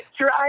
try